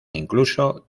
incluso